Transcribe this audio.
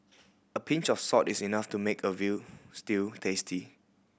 a pinch of salt is enough to make a veal stew tasty